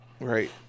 Right